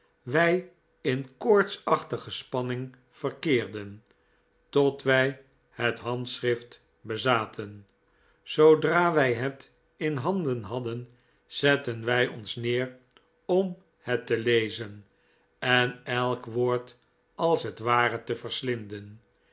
wij in koortsachtige spanning verkeerden tot wij het handschrift bezaten zoodra wij het in handen hadden zetten wij ons neer om het te lezen en elk woord als het ware te verslinden